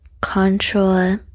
control